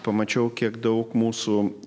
pamačiau kiek daug mūsų